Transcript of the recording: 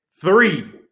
three